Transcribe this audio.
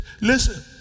Listen